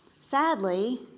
Sadly